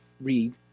read